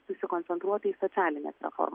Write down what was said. susikoncentruota į socialines reform